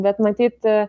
bet matyt